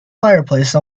fireplace